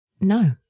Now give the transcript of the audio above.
No